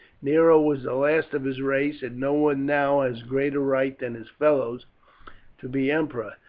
nero was the last of his race, and no one now has greater right than his fellows to be emperor.